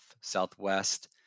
Southwest